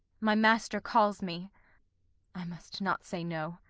my master calls me i must not say no.